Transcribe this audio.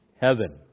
Heaven